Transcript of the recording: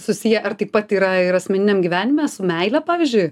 susiję ar taip pat yra ir asmeniniam gyvenime su meile pavyzdžiui